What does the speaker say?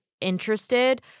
interested